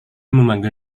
memanggil